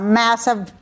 massive